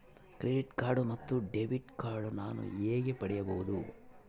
Credit card ಮತ್ತು debit card ನಾನು ಹೇಗೆ ಪಡೆಯಬಹುದು?